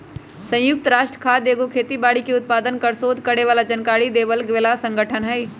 संयुक्त राष्ट्र खाद्य एगो खेती बाड़ी के उत्पादन पर सोध करे बला जानकारी देबय बला सँगठन हइ